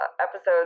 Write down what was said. episodes